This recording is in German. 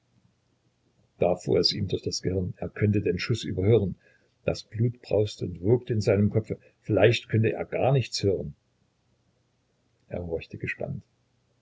da fuhr es ihm durch das gehirn er könnte den schuß überhören das blut brauste und wogte in seinem kopfe vielleicht könnte er gar nicht hören er horchte gespannt